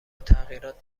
تغییرات